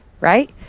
right